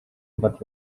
but